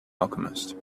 alchemist